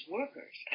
workers